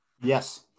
Yes